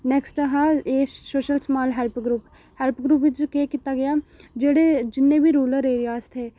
next हा social small help group help group बिच केह् कीता गेआ जेह्ड़े जिन्ने बी रुरल एरिया हे